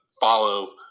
follow